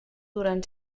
durant